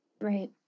Right